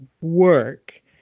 work